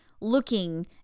looking